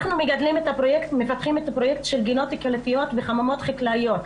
אנחנו מפתחים את הפרויקט של גינות קהילתיות בחממות חקלאיות.